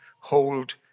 hold